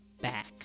back